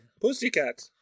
Pussycat